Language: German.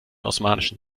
osmanischen